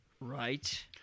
Right